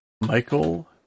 Michael